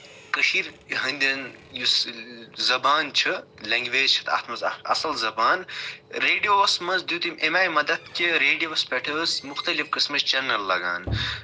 کٔشیٖرِ ہٕندٮ۪ن یُس زَبان چھِ لٮ۪نٛگوٮ۪ج اَتھ منٛز چھِ اکھ اَصٕل زَبان رٮ۪ڈیووَس منٛز دیُت أمۍ اَمہِ آیہِ مدتھ کہِ ریڈیووَس پٮ۪ٹھ ٲس مُختلِف قٕسمٕچ چنل لگَان